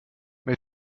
mit